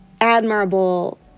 admirable